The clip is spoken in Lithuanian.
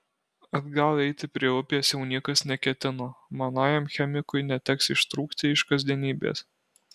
atgal eiti prie upės jau niekas neketino manajam chemikui neteks ištrūkti iš kasdienybės